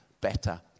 better